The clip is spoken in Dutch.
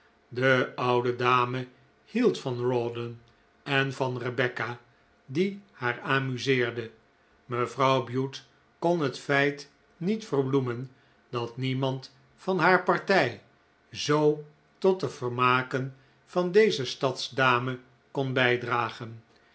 de oude dame hield van rawdon en van rebecca die haar amuseerde mevrouw bute kon het feit niet verbloemen dat niemand van haar partij zoo tot de vermaken van deze stadsdame kon bijdragen